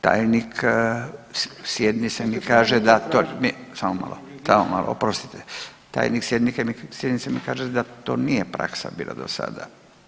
Tajnik sjednice mi kaže da to… [[Upadica iz klupe se ne razumije]] samo malo, samo malo, oprostite, tajnik sjednice mi kaže da to nije praksa bila do sada.